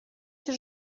się